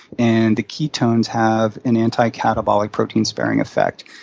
and the ketones have an anti catabolic protein sparing effect.